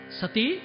sati